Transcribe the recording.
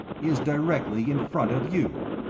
is directly in front of you.